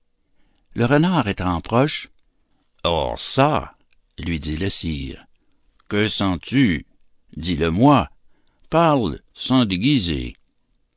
le renard étant proche or çà lui dit le sire que sens-tu dis-le-moi parle sans déguiser